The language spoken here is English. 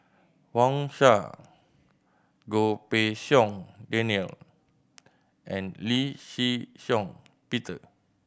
Wang Sha Goh Pei Siong Daniel and Lee Shih Shiong Peter